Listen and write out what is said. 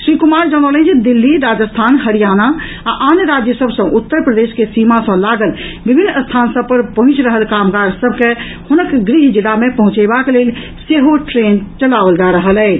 श्री कुमार जनौलनि जे दिल्ली राजस्थान हरियाणा आ आन राज्य सभ सँ उत्तर प्रदेश के सीमा सँ लागल विभिन्न स्थान सभ पर पहुंचि रहल कामगार सभ के हुनक गृह जिला मे पहुंचेबाक लेल सेहो ट्रेन चलाओल जा रहल अछि